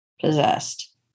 possessed